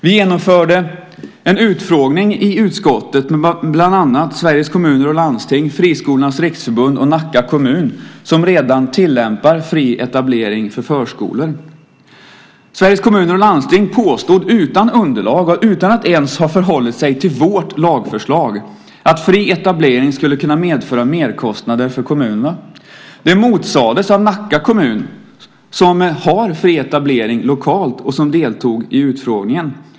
Vi genomförde en utfrågning i utskottet med bland annat Sveriges Kommuner och Landsting, Friskolornas riksförbund och Nacka kommun som redan tillämpar fri etablering för förskolor. Sveriges Kommuner och Landsting påstod utan underlag och utan att ens ha förhållit sig till vårt lagförslag att fri etablering skulle kunna medföra merkostnader för kommunerna. Det motsades av Nacka kommun som har fri etablering lokalt och som deltog i utfrågningen.